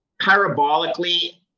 parabolically